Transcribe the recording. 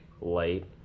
light